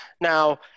Now